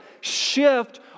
shift